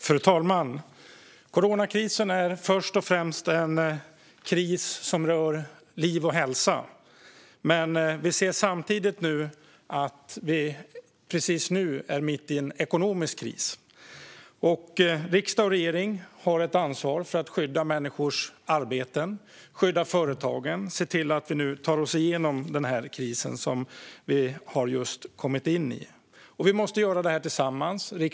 Fru talman! Coronakrisen är först och främst en kris som rör liv och hälsa, men vi ser samtidigt att vi precis nu är mitt i en ekonomisk kris. Riksdag och regering har ett ansvar för att skydda människors arbeten, för att skydda företagen och för att se till att vi tar oss igenom den kris som vi just har kommit in i. Riksdag och regering måste göra detta tillsammans.